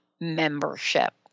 membership